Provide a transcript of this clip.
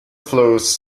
flows